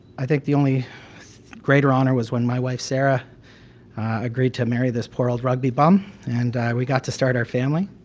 i think the only greater honor was when my wife sarah agreed to marry this poor old rugby bum and we got to start our family.